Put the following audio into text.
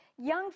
young